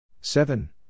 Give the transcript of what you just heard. seven